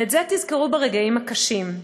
ואת זה תזכרו ברגעים הקשים,